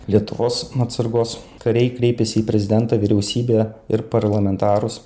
lietuvos atsargos kariai kreipėsi į prezidentą vyriausybę ir parlamentarus